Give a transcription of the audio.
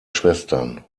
schwestern